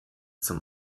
zum